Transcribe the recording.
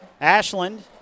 Ashland